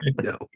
No